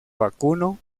vacuno